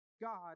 God